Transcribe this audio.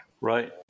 Right